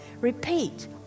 Repeat